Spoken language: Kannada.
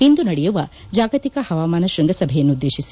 ಇಂದು ನಡೆಯುವ ಜಾಗತಿಕ ಹವಾಮಾನ ಶೃಂಗಸಭೆಯನ್ನುದ್ದೇಶಿಸಿ